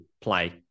play